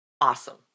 Awesome